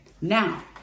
now